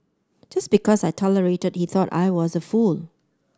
just because I tolerated that he thought I was a fool